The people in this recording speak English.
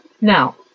Now